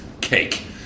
cake